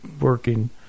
working